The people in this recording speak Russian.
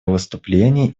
выступление